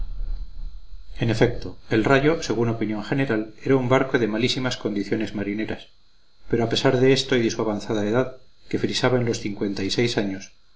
en efecto el rayo según opinión general era un barco de malísimas condiciones marineras pero a pesar de esto y de su avanzada edad que frisaba en los cincuenta y seis años